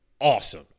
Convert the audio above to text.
awesome